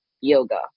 yoga